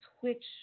twitch